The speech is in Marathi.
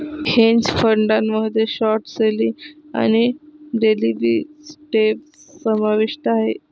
हेज फंडामध्ये शॉर्ट सेलिंग आणि डेरिव्हेटिव्ह्ज समाविष्ट आहेत